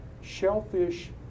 shellfish